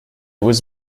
was